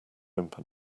open